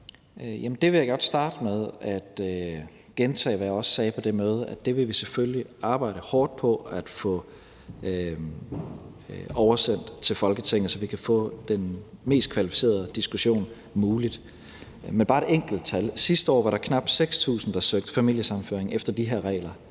Der vil jeg godt starte med at gentage, hvad jeg også sagde på det møde, nemlig at dem vil vi selvfølgelig arbejde hårdt på at få oversendt til Folketinget, så vi kan få en så kvalificeret diskussion som muligt. Men jeg vil komme med et enkelt tal. Sidste år var der knap 6.000, der søgte familiesammenføring efter de her regler.